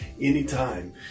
anytime